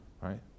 right